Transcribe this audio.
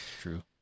True